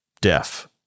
deaf